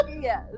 Yes